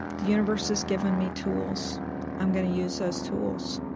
the universe has given me tools i'm going to use those tools.